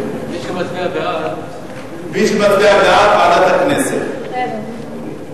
בעד, ועדת הכנסת